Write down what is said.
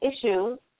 issues